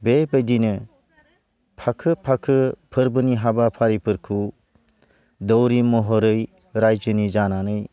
बेबायदिनो फाखो फाखो फोरबोनि हाबाफारिफोरखौ दौरि महरै रायजोनि जानानै